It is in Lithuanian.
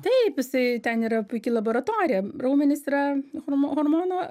taip jisai ten yra puiki laboratorija raumenys yra hormo hormono